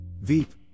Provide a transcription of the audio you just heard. Veep